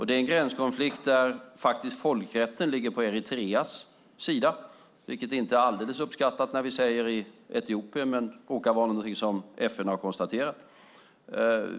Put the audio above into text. Det är en gränskonflikt där folkrätten ligger på Eritreas sida, vilket inte är alldeles uppskattat i Etiopien, men det råkar vara något som FN har konstaterat.